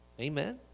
Amen